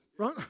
Right